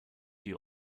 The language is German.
die